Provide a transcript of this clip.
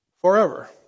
forever